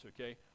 okay